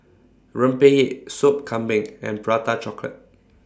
Rempeyek Sop Kambing and Prata Chocolate